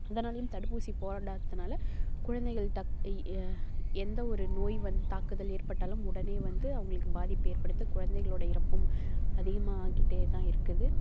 அதனாலேயும் தடுப்பூசி போடாததுனால் குழந்தைகள் டக் எந்த ஒரு நோய் வந்து தாக்குதல் ஏற்பட்டாலும் உடனே வந்து அவங்களுக்கு பாதிப்பு ஏற்படுது குழந்தைகளோடய இறப்பும் அதிகமாயிக்கிட்டே தான் இருக்குது